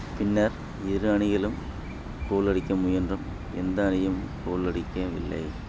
பின்னர் இரு அணிகளும் கோல் அடிக்க முயன்றும் எந்த அணியும் கோல் அடிக்கவில்லை